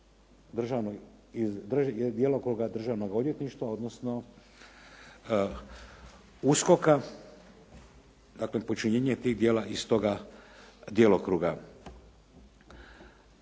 djelokruga Državnog odvjetništva odnosno USKOK-a dakle počinjenje tih djela iz toga djelokruga.